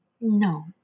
No